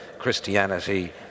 Christianity